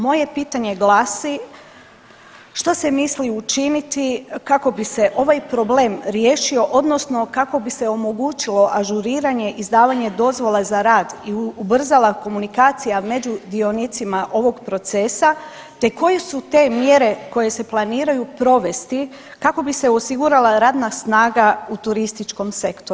Moje pitanje glasi, što se misli učiniti kako bi se ovaj problem riješio odnosno kako bi se omogućilo ažuriranje i izdavanje dozvola za rad i ubrzala komunikacija među dionicima ovog procesa, te koje su te mjere koje se planiraju provesti kako bi se osigurala radna snaga u turističkom sektoru?